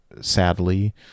sadly